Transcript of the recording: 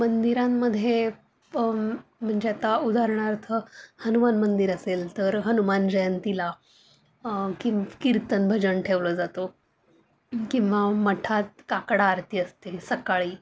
मंदिरांमध्ये म्हणजे आता उदाहरणार्थ हनुमान मंदिर असेल तर हनुमान जयंतीला किंम कीर्तन भजन ठेवलं जातं किंवा मठात काकड आरती असते सकाळी